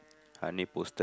her nipples